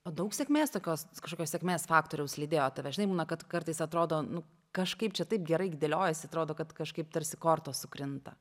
o daug sėkmės tokios kažkokio sėkmės faktoriaus lydėjo tave žinai būna kad kartais atrodo nu kažkaip čia taip gerai dėliojasi atrodo kad kažkaip tarsi kortos sukrinta